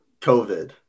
COVID